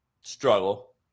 Struggle